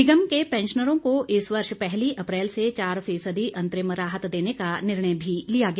निगम के पैंशनरों को इस वर्ष पहली अप्रैल से चार फीसदी अंतरिम राहत देने का निर्णय भी लिया गया